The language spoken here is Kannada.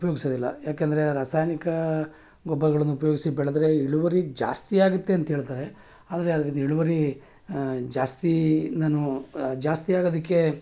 ಉಪಯೋಗ್ಸೋದಿಲ್ಲ ಯಾಕೆಂದರೆ ರಾಸಾಯನಿಕ ಗೊಬ್ಬರಗಳನ್ನ ಉಪಯೋಗಿಸಿ ಬೆಳೆದರೆ ಇಳುವರಿ ಜಾಸ್ತಿ ಆಗುತ್ತೆ ಅಂತ ಹೇಳ್ತಾರೆ ಆದರೆ ಅದ್ರಿಂದ ಇಳುವರಿ ಜಾಸ್ತಿ ನಾನು ಜಾಸ್ತಿ ಆಗೋದಕ್ಕೆ